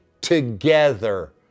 together